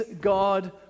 God